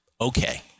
Okay